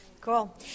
Cool